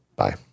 Bye